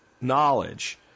knowledge